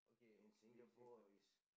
in Singapore is